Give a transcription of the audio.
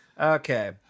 Okay